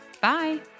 Bye